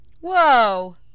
Whoa